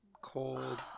cold